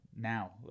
now